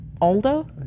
Aldo